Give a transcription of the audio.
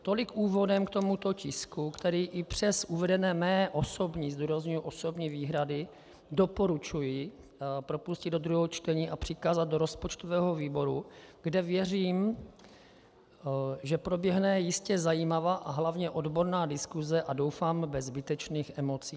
Tolik úvodem k tomuto tisku, který i přes uvedené své osobní zdůrazňuji osobní výhrady doporučuji propustit do druhého čtení a přikázat do rozpočtového výboru, kde věřím, že proběhne jistě zajímavá a hlavně odborná diskuse, a doufám bez zbytečných emocí.